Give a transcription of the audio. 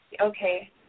okay